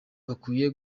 bakwiye